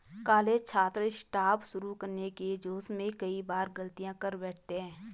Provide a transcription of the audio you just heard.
college छात्र startup शुरू करने के जोश में कई बार गलतियां कर बैठते हैं